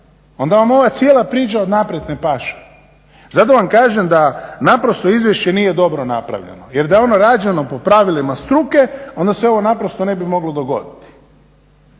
Onda vam ova cijela priča od naprijed ne paše. Zato vam kažem da naprosto izvješće nije dobro napravljeno jer da je ono rađeno po pravilima struke onda se ovo naprosto ne bi moglo dogoditi.